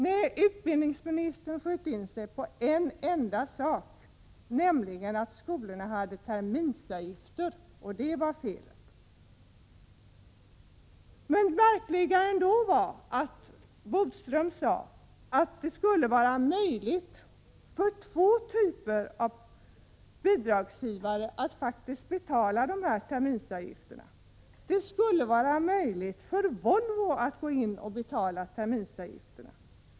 Nej, utbildningsministern sköt in sig på en enda sak, nämligen att skolorna hade terminsavgifter. Det var felet. Märkligare ändå var att Lennart Bodström sade att det skulle vara möjligt för två typer av bidragsgivare att betala de här terminsavgifterna. Det skulle vara möjligt för Volvo att betala terminsavgifterna.